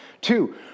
Two